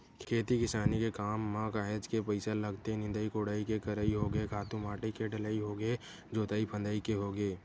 खेती किसानी के काम म काहेच के पइसा लगथे निंदई कोड़ई के करई होगे खातू माटी के डलई होगे जोतई फंदई के होगे